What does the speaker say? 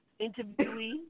interviewee